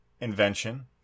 invention